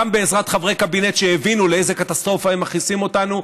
גם בעזרת חברי קבינט שהבינו לאיזו קטסטרופה הם מכניסים אותנו,